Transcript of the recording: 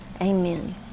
amen